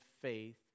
faith